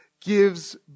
gives